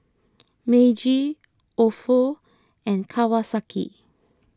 Meiji Ofo and Kawasaki